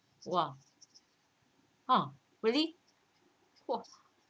!wah! ha really !wah!